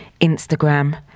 Instagram